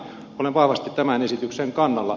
olen vahvasti tämän esityksen kannalla